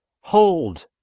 Hold